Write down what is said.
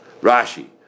Rashi